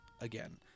again